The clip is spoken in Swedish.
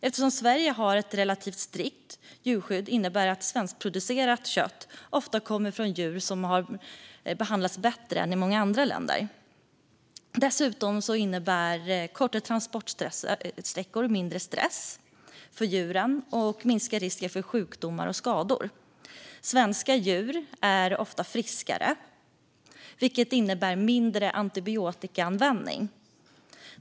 Att Sverige har ett relativt strikt djurskydd innebär att svenskproducerat kött ofta kommer från djur som har behandlats bättre än djur i många andra länder. Kortare transportsträckor innebär dessutom mindre stress för djuren och minskar risken för sjukdomar och skador. Svenska djur är ofta friskare, vilket innebär mindre antibiotikaanvändning.